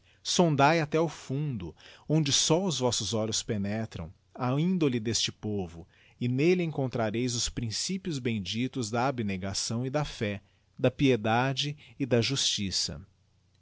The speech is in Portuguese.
sondae até ao fundo onde só os vossos olhos penetram a indole deste povo e nelle encontrareis os principies bemdictos da abnegação e da fé da piedade e da justiça